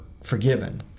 forgiven